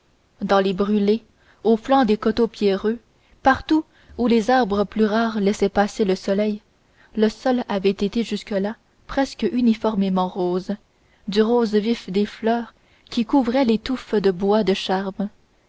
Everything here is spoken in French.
dans les brûlés au flanc des coteaux pierreux partout où les arbres plus rares laissaient passer le soleil le sol avait été jusque-là presque uniformément rose du rose vif des fleurs qui couvraient les touffes de bois de charme